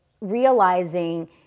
realizing